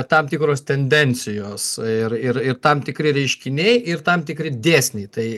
tam tikros tendencijos ir ir ir tam tikri reiškiniai ir tam tikri dėsniai tai